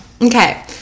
okay